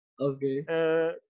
Okay